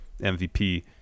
MVP